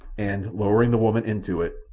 and, lowering the woman into it,